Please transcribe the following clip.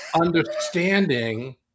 understanding